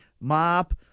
Mop